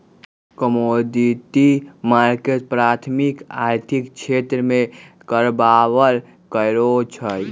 commodity market प्राथमिक आर्थिक क्षेत्र में कारबार करै छइ